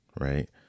right